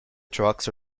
trucks